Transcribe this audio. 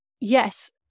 Yes